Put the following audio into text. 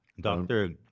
Doctor